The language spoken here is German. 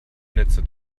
netze